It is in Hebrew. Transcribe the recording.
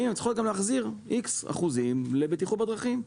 והן צריכות גם להחזיר איקס אחוזים לבטיחות בדרכים.